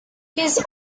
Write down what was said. his